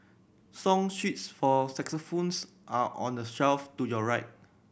song sheets for are on the shelf to your right